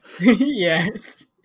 Yes